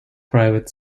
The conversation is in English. private